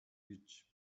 гэж